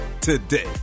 today